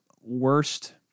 worst